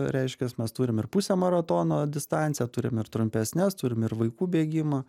reiškias mes turim ir pusę maratono distanciją turim ir trumpesnes turim ir vaikų bėgimą